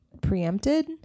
preempted